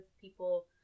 people